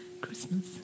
Christmas